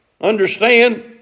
Understand